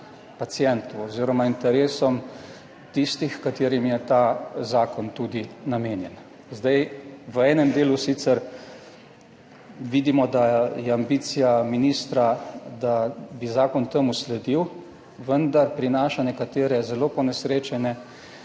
pacientu oziroma interesom tistih, katerim je ta zakon tudi namenjen. Zdaj, v enem delu sicer vidimo, da je ambicija ministra, da bi zakon temu sledil, vendar prinaša nekatere zelo ponesrečene